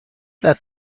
that